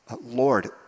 Lord